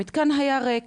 המתקן היה ריק